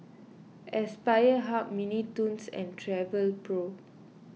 Aspire Hub Mini Toons and Travelpro